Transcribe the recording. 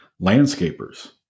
landscapers